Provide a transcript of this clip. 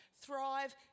thrive